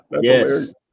yes